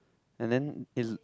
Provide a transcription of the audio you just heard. and then